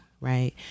Right